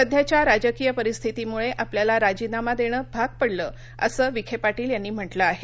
सध्याच्या राजकीय परिस्थितीमुळे आपल्याला राजीनामा देणं भाग पडलं असं विखेपाटील यांनी म्हटलं आहे